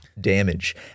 damage